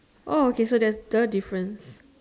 oh okay so there's the difference